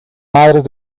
madres